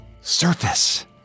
Surface